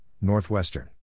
Northwestern